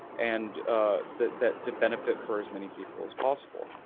and that that to benefit for as many people as possible.